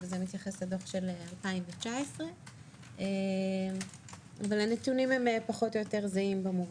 זה מתייחס לדוח של 2019. הנתונים פחות או יותר זהים.